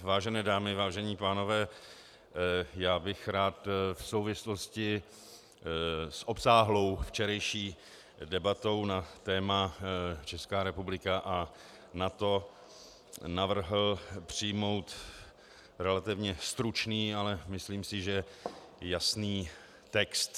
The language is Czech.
Vážené dámy, vážení pánové, já bych rád v souvislosti s obsáhlou včerejší debatou na téma Česká republika a NATO navrhl přijmout relativně stručný, ale myslím si, že jasný text.